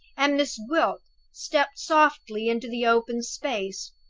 and miss gwilt stepped softly into the open space.